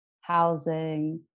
housing